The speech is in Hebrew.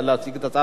לא היית,